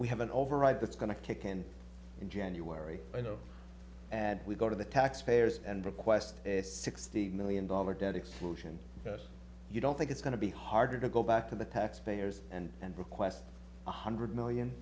we have an override that's going to kick in in january i know as we go to the taxpayers and request sixty million dollars debt explosion you don't think it's going to be hard to go back to the taxpayers and and request one hundred million